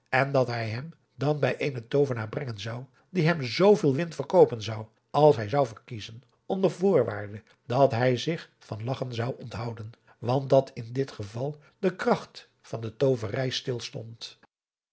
en dat hij hem dan bij eenen toovenaar brengen zou die hem zoo veel wind verkoopen zou als hij zou verkiezen onder voorwaarde dat hij zich van lagchen zou onthouden want dat in dit geval de kracht van de tooverij stil